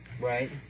Right